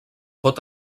pot